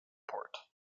port